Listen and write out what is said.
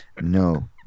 No